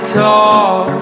talk